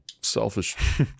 selfish